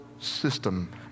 system